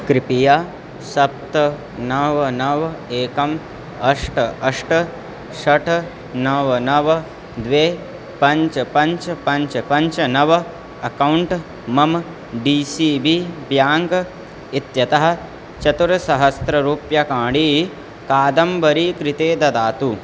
कृपया सप्त नव नव एकम् अष्ट अष्ट षट् नव नव द्वे पञ्च पञ्च पञ्च पञ्च नव अकौण्ट् मम डी सी बी ब्याङ्क् इत्यतः चतुस्सहस्ररूप्यकाणि कादम्बर्याः कृते ददातु